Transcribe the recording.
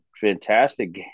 fantastic